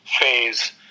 phase